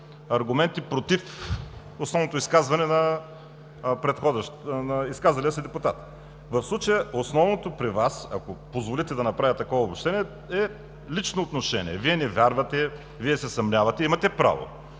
аргументи против основното изказване на изказалия се депутат. В случая основното при Вас, ако позволите да направя такова обобщение, е лично отношение – Вие не вярвате, Вие се съмнявате. Имате право.